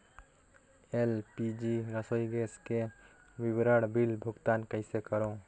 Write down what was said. LPG रसोई gas के विवरण बिल भुगतान कइसे करों?